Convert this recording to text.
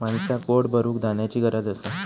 माणसाक पोट भरूक धान्याची गरज असा